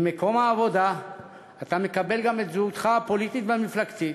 עם מקום העבודה אתה מקבל גם את זהותך הפוליטית והמפלגתית.